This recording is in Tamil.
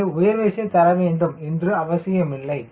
இது உயர் விசை தர வேண்டும் என்று அவசியமில்லை